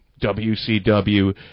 WCW